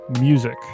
music